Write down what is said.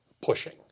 pushing